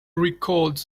recalled